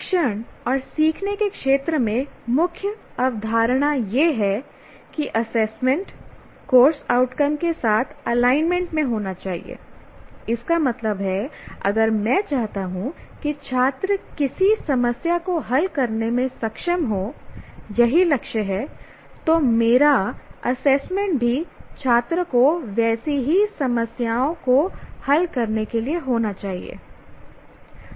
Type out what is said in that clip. शिक्षण और सीखने के क्षेत्र में मुख्य अवधारणा यह है कि असेसमेंट कोर्स आउटकम के साथ एलाइनमेंट में होना चाहिए इसका मतलब है अगर मैं चाहता हूं कि छात्र किसी समस्या को हल करने में सक्षम हो यही लक्ष्य है तो मेरा असेसमेंट भी छात्र को वैसी ही समस्याओं को हल करने के लिए होना चाहिए